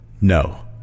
No